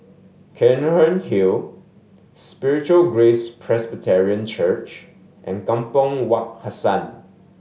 Cairnhill Road Spiritual Grace Presbyterian Church and Kampong Wak Hassan